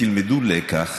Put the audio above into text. שתלמדו לקח